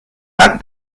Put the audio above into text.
pak